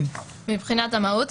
מבחינת המהות.